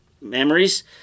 memories